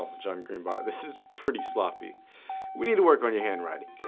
ah john green bot this is pretty sloppy we need to work on your handwriting.